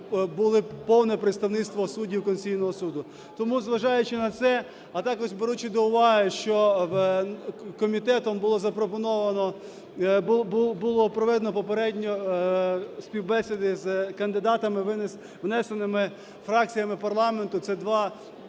було повне представництво суддів Конституційного Суду. Тому, зважаючи на це, а також беручи до уваги, що комітетом було запропоновано, було проведено попередньо співбесіди з кандидатами, внесеними фракціями парламенту, це два